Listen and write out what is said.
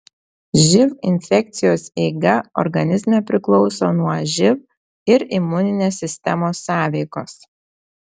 živ infekcijos eiga organizme priklauso nuo živ ir imuninės sistemos sąveikos